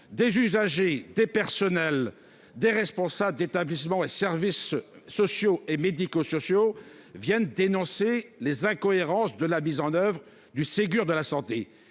Des usagers, des personnels et des responsables d'établissements et de services sociaux et médico-sociaux viennent dénoncer les incohérences de la mise en oeuvre du Ségur de la santé.